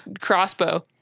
crossbow